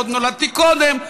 עוד נולדתי קודם,